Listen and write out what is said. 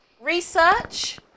research